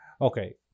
Okay